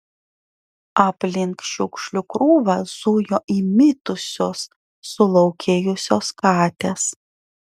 aplink šiukšlių krūvą zujo įmitusios sulaukėjusios katės